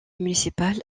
municipal